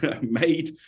made